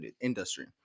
industry